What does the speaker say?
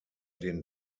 den